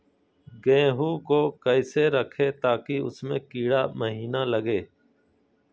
गेंहू को कैसे रखे ताकि उसमे कीड़ा महिना लगे?